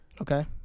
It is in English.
Okay